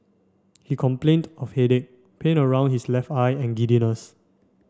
he complained of headache pain around his left eye and giddiness